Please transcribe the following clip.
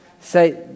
Say